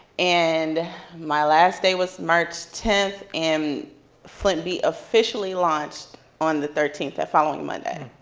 and my last day was march tenth, and flint beat officially launched on the thirteenth that following monday.